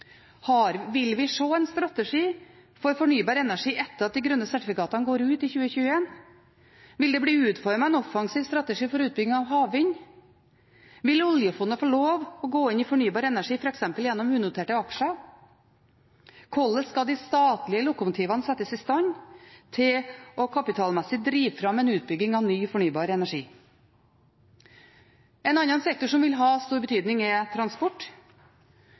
internasjonalt? Vil vi se en strategi for fornybar energi etter at de grønne sertifikatene går ut i 2020? Vil det bli utformet en offensiv strategi for utvikling av havvind? Vil oljefondet få lov til å gå inn i fornybar energi gjennom f.eks. unoterte aksjer? Hvordan skal de statlige lokomotivene settes i stand til kapitalmessig å drive fram utbygging av ny fornybar energi? En annen sektor som vil ha stor betydning, er